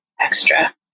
extra